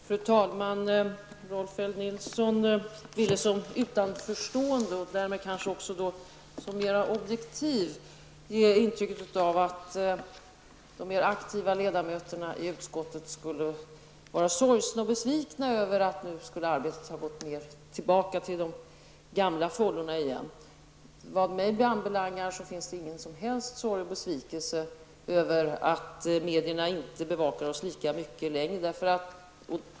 Fru talman! Rolf L Nilson ville såsom utanförstående och därmed kanske även såsom mera objektiv ge ett intryck av att de mera aktiva ledamöterna i utskottet skulle vara sorgsna och besvikna över att arbetet nu har gått tillbaka i de gamla fållorna igen. Vad mig anbelangar finns ingen som helst sorg eller besvikelse över att medierna inte längre bevakar oss lika mycket.